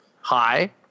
hi